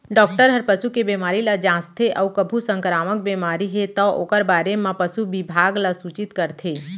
doctor हर पसू के बेमारी ल जांचथे अउ कभू संकरामक बेमारी हे तौ ओकर बारे म पसु बिभाग ल सूचित करथे